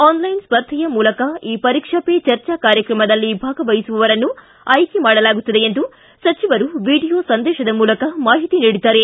online ಸ್ಪರ್ಧೆಯ ಮೂಲಕ ಈ ಪರೀಕ್ಷಾ ಪೇರ್ ಚರ್ಚಾ ಕಾರ್ಯಕ್ರಮದಲ್ಲಿ ಭಾಗವಹಿಸುವವರನ್ನು ಆಯ್ಕೆ ಮಾಡಲಾಗುತ್ತದೆ ಎಂದು ಸಚಿವರು ವಿಡಿಯೋ ಸಂದೇಶದ ಮೂಲಕ ಮಾಹಿತಿ ನೀಡಿದ್ದಾರೆ